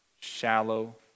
Shallow